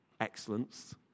excellence